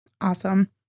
awesome